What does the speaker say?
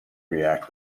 react